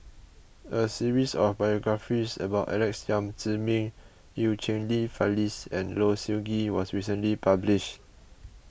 a series of biographies about Alex Yam Ziming Eu Cheng Li Phyllis and Low Siew Nghee was recently published